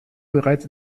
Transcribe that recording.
bereits